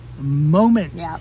moment